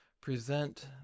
present